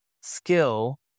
skill